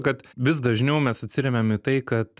kad vis dažniau mes atsiremiam į tai kad